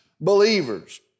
believers